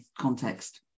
context